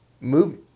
move